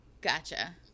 Gotcha